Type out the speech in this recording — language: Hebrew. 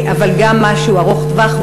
אבל גם משהו ארוך טווח.